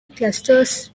clusters